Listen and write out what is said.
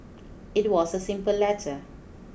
it was a simple letter